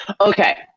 Okay